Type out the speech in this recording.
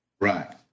Right